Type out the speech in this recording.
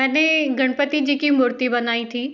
मैंने गणपति जी की मूर्ति बनाई थी